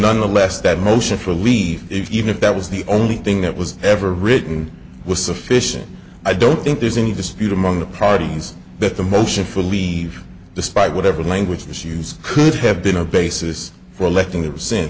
nonetheless that motion for leave even if that was the only thing that was ever written was sufficient i don't think there's any dispute among the parties that the motion for leave despite whatever language issues could have been a basis for electing